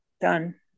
done